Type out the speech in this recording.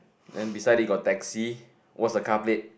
then beside it got taxi what's the car plate